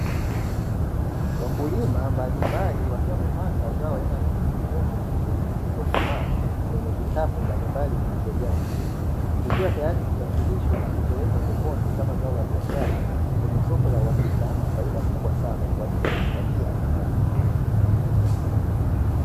Wakulima mbalimbali wakiwa wamepanga zao aina ya pilipili hoho vizuri zilizokomaa kwenye vikapu mbalimbali vilivyojaa vizuri, vikiwa tayari kusafirishwa na kupelekwa sokoni kama zao la biashara lenye soko la uhakika na faida kubwa sana kwa ajili ya kujipatia kipato.